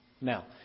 Now